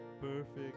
perfect